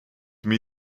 mir